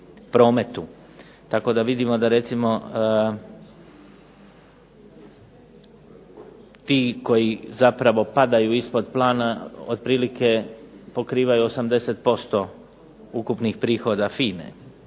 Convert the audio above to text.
prometu, tako da vidimo da recimo ti koji zapravo padaju ispod plana otprilike pokrivaju 80% ukupnih prihoda